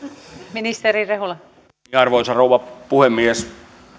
arvoisa rouva puhemies